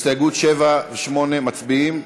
הסתייגות 7, מצביעים?